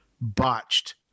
botched